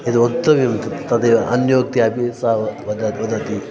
यद् वक्तव्यं तद् तदेव अन्योक्ति अपि सा वद् वद वदति